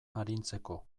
arintzeko